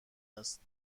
است